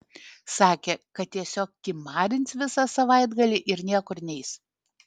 sakė kad tiesiog kimarins visą savaitgalį ir niekur neis